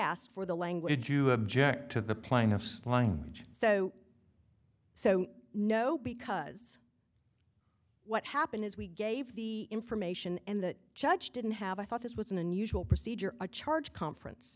asked for the language you object to the plaintiff's line so so no because what happened is we gave the information and the judge didn't have i thought this was an unusual procedure a charge conference